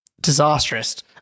disastrous